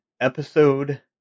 episode